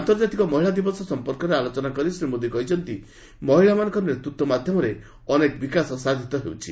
ଆନ୍ତର୍ଜାତିକ ମହିଳା ଦିବସ ସମ୍ପର୍କରେ ଆଲୋଚନା କରି ଶ୍ରୀ ମୋଦି କହିଛନ୍ତି ମହିଳାମାନଙ୍କ ନେତୃତ୍ୱ ମାଧ୍ୟମରେ ଅନେକ ବିକାଶ ସାଧିତ ହେଉଛି